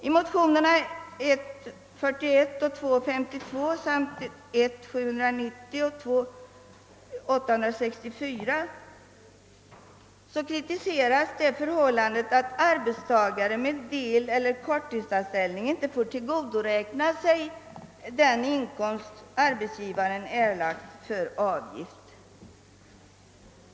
I motionerna I:41 och II:52 samt 1: 790 och II: 864 kritiseras det förhållandet, att arbetstagare med deltidseller korttidsanställning inte får tillgodoräkna sig den inkomst arbetsgivaren erlagt avgift för.